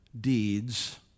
deeds